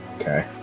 Okay